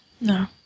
no